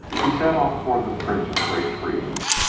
he set off toward the fringe of great trees,